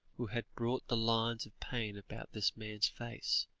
who had brought the lines of pain about this man's face,